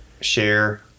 share